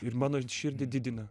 ir mano širdį didina